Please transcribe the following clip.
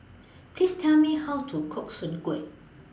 Please Tell Me How to Cook Soon Kway